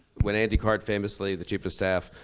when andy card famously, the chief of staff,